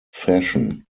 fashion